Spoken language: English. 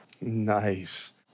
Nice